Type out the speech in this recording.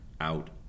out